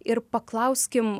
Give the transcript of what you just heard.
ir paklauskim